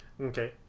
Okay